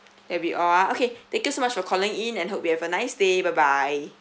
have it all ah okay thank you so much for calling in and hope you have a nice day bye bye